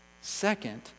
Second